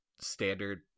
standard